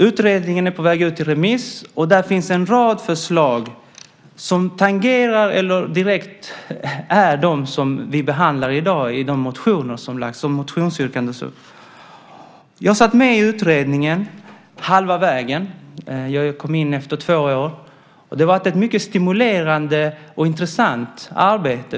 Utredningen är på väg ut på remiss och där finns en rad förslag som tangerar eller direkt är de som vi behandlar i dag med anledning av motionsyrkanden. Jag satt med i utredningen halva vägen. Jag kom in efter två år. Det har varit ett mycket stimulerande och intressant arbete.